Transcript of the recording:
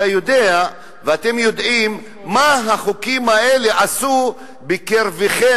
אתה יודע ואתם יודעים מה החוקים האלה עשו בקרבכם,